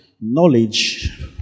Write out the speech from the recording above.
knowledge